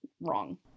wrong